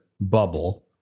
bubble